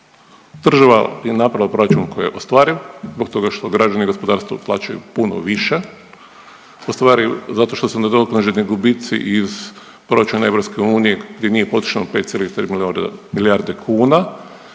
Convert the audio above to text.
država je napravila proračun koji je ostvariv zbog toga što građani i gospodarstvo plaćaju puno više, ustvari zato što su nadoknađeni gubici iz proračuna EU gdje nije potrošeno 5,3 milijarde kuna.